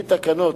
כי תקנות,